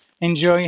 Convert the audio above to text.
enjoy